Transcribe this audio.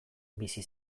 bizi